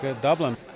Dublin